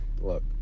look